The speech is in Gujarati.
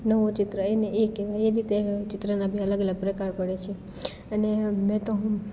નવું ચિત્ર એને એ કહેવાય એ રીતે ચિત્રના બી અલગ અલગ પ્રકાર પડે છે અને મેં તો હું